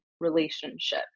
relationship